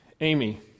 Amy